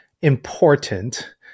important